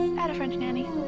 had a french nanny.